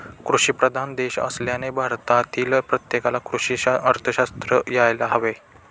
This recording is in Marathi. कृषीप्रधान देश असल्याने भारतातील प्रत्येकाला कृषी अर्थशास्त्र यायला हवे